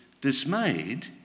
dismayed